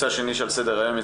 סדר-היום: